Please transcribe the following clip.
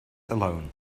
alone